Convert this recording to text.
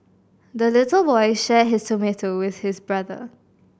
the little boy shared his tomato with his brother